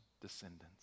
descendants